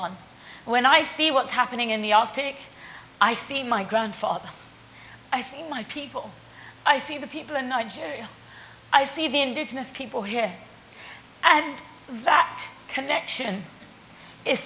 on when i see what's happening in the arctic i see my grandfather i see my people i see the people in nigeria i see the indigenous people here and that connection i